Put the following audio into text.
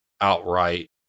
outright